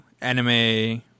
anime